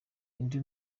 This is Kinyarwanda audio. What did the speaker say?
indi